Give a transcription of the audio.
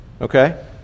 okay